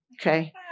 Okay